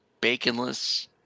baconless